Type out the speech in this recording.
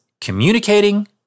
communicating